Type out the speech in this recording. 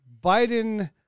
Biden